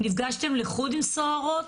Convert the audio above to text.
נפגשתן לחוד עם סוהרות,